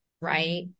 right